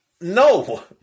No